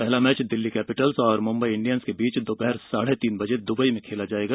पहला match Delhi Capitals और Mumbai Indians के बीच दोपहर साढ़े तीन बजे दुबई में खेला जाएगा